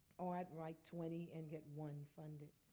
or i'd write twenty and get one funded.